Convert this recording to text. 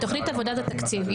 תוכנית עבודת התקציב,